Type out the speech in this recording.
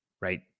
right